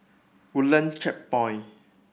Woodlands Checkpoint